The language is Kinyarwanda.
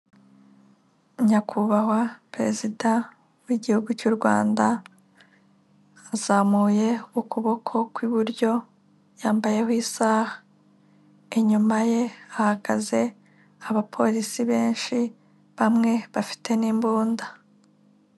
Nyakubahwa Perezida w'Igihugu cy'u Rwanda azamuye ukuboko kw'iburyo yambayeho isaha. Inyuma ye hagaze abapolisi benshi bamwe bafite n'imbunda.